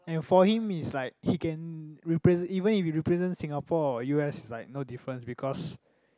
and for him is like he can repre~ even he represent Singapore or u_s is like no difference because